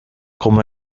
como